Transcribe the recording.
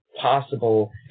possible